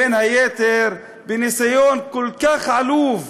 בין היתר, בניסיון כל כך עלוב,